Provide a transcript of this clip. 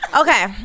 Okay